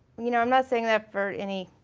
you know i'm not saying that for any.